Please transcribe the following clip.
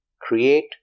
create